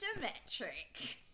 Metric